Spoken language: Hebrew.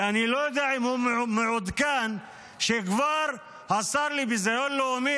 ואני לא יודע אם הוא מעודכן שהשר לביזיון לאומי,